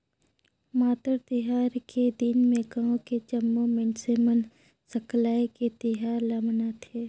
मातर तिहार के दिन में गाँव के जम्मो मइनसे मन सकलाये के तिहार ल मनाथे